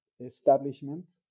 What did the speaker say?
establishment